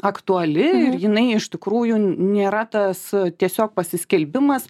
aktuali ir jinai iš tikrųjų nėra tas tiesiog pasiskelbimas